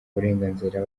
burenganzira